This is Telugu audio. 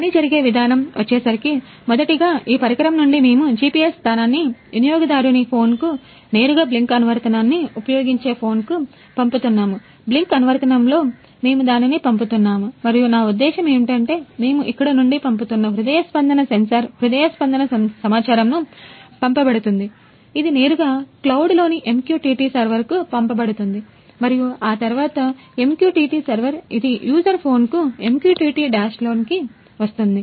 పని జరిగే విధానం వచ్చేసరికి మొదటిగా ఈ పరికరం నుండి మేము GPS స్థానాన్ని వినియోగదారుని ఫోన్కు నేరుగా బ్లింక్ అనువర్తనాన్నిలోని MQTT సర్వర్కు పంపబడుతుంది మరియు ఆ తరువాత MQTT సర్వర్ ఇది యూజర్ ఫోన్కు MQTT డాష్లోని కి వస్తోంది